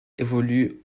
évolue